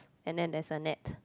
and then there's a net